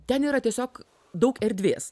ten yra tiesiog daug erdvės